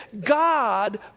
God